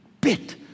bit